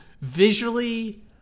Visually